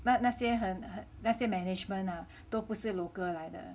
那那些很那些 management ah 都不是 local 来的